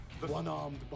One-armed